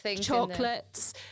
chocolates